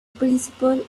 principle